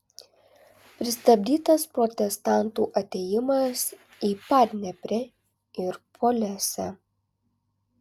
pristabdytas protestantų atėjimas į padneprę ir polesę